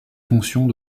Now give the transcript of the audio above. fonctions